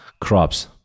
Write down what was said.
crops